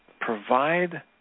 provide